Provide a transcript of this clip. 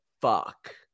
fuck